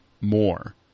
more